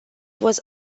was